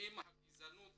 עם הגזענות